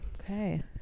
Okay